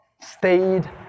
stayed